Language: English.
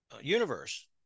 universe